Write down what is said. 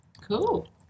Cool